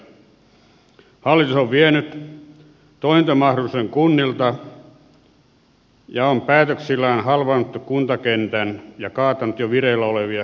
hallitus on vienyt toimintamahdollisuuden kunnilta ja on päätöksillään halvaannuttanut kuntakentän ja kaatanut jo vireillä olevia kuntaliitosselvityksiä